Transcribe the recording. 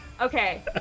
Okay